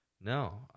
no